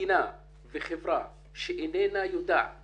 מדינה וחברה שאיננה יודעת